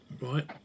Right